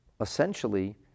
essentially